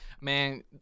Man